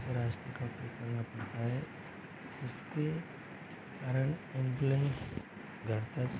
कच्चे रस्ते का उपयोग करना पड़ता है जिसके कारण एम्बुलेंस घर तक